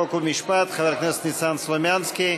חוק ומשפט חבר הכנסת ניסן סלומינסקי.